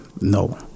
no